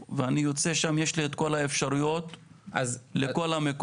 זה שאני בא מחוץ לעיר ואני יוצא שם ויש לי את כל האפשרויות לכל המקומות.